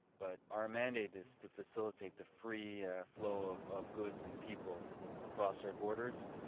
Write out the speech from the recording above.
but our mandate is to facilitate the free flow of of goods and people across our borders.